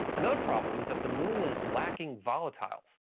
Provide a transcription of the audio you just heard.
another problem is that the moon is lacking volatiles.